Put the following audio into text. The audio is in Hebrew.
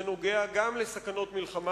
זה נוגע גם לסכנות מלחמה,